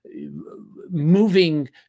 moving